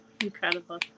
Incredible